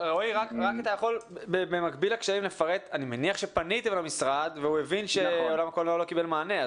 אני מניח שפניתם למשרד והוא הבין שעולם הקולנוע לא קיבל מענה.